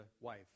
wife